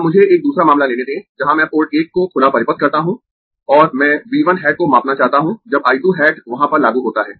अब मुझे एक दूसरा मामला लेने दें जहां मैं पोर्ट 1 को खुला परिपथ करता हूं और मैं V 1 हैट को मापना चाहता हूं जब I 2 हैट वहां पर लागू होता है